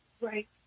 Right